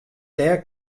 dêr